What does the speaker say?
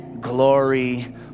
glory